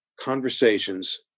Conversations